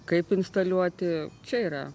kaip instaliuoti čia yra